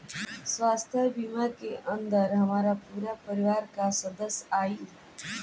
स्वास्थ्य बीमा के अंदर हमार पूरा परिवार का सदस्य आई?